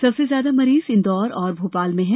सबसे ज्यादा मरीज इंदौर और भोपाल में हैं